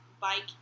bike